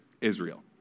Israel